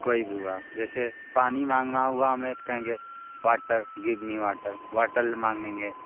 कोई भी हुआ जैसे पानी मांगना हुआ हमें तो कहेंगे वाटर गिव मी वाटर वाटल मांगेंगे